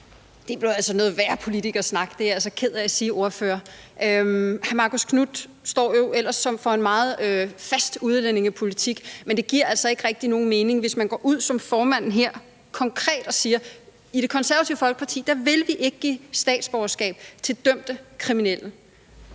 Det er altså noget værre politikersnak. Det er jeg altså ked af at sige, ordfører. Hr. Marcus Knuth står jo ellers for en meget fast udlændingepolitik, men det giver altså ikke rigtig nogen mening, hvis man går ud som formanden her og siger, at de i Det Konservative Folkeparti ikke vil give statsborgerskab til dømte kriminelle,